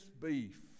beef